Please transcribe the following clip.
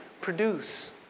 produce